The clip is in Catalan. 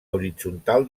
horitzontal